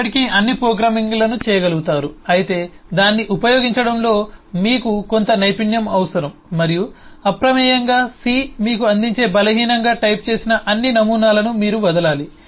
మీరు ఇప్పటికీ అన్ని ప్రోగ్రామింగ్లను చేయగలుగుతారు అయితే దాన్ని ఉపయోగించడంలో మీకు కొంత నైపుణ్యం అవసరం మరియు అప్రమేయంగా సి మీకు అందించే బలహీనంగా టైప్ చేసిన అన్ని నమూనాలను మీరు వదలాలి